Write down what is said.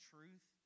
Truth